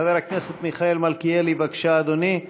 חבר הכנסת מיכאל מלכיאלי, בבקשה, אדוני.